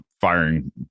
firing